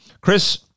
Chris